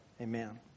Amen